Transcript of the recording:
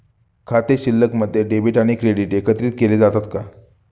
खाते शिल्लकमध्ये डेबिट आणि क्रेडिट एकत्रित केले जातात का?